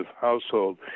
household